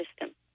system